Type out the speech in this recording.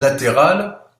latérales